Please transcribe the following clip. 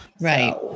Right